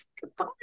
goodbye